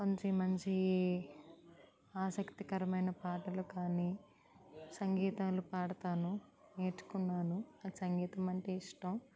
మంచి మంచి ఆసక్తికరమైన పాటలు కానీ సంగీతాలు పాడతాను నేర్చుకున్నాను నాకు సంగీతం అంటే ఇష్టం